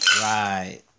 right